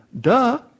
Duh